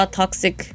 toxic